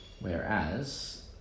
Whereas